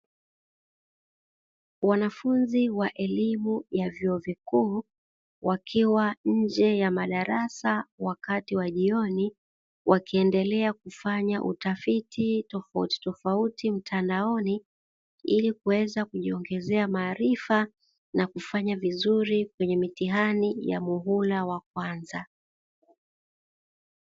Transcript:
Wanafunzi wa elimu ya vyuo vikuu wakiwa nje ya madarasa wakati wa jioni wakiendelea kufanya utafiti tofautitofauti mtandaoni, ili kuweza kujiongezea maarifa na kufanya vizuri kwenye mitihani ya muhula wa kwanza.